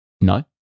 No